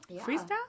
Freestyle